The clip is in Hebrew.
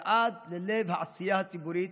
ועד ללב העשייה הציבורית,